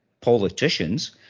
politicians